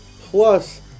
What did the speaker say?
Plus